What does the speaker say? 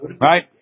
Right